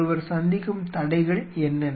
ஒருவர் சந்திக்கும் தடைகள் என்னென்ன